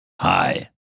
Hi